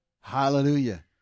Hallelujah